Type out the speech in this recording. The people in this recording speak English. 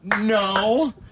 No